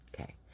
Okay